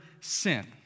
sin